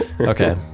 Okay